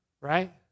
right